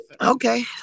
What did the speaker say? Okay